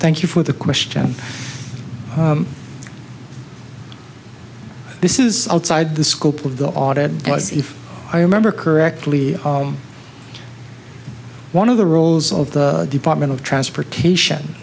thank you for the question this is outside the scope of the audit was if i remember correctly one of the roles of the department of transportation